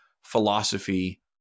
philosophy